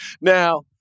Now